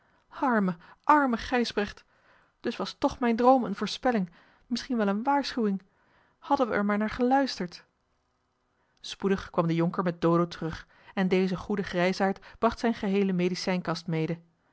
arme arme gijsbrecht dus was toch mijn droom eene voorspelling misschien wel eene waarschuwing hadden we er maar naar geluisterd spoedig kwam de jonker met dodo terug en deze goede grijsaard bracht zijne geheele medicijnkast mede